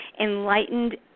enlightened